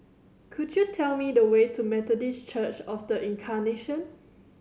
could you tell me the way to Methodist Church Of The Incarnation